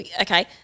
Okay